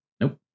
Nope